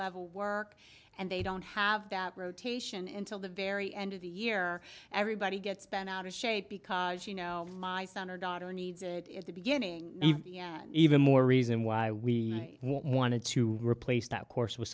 level work and they don't have that rotation in till the very end of the year everybody gets bent out of shape because you know my son or daughter needs it is the beginning even more reason why we wanted to replace that course w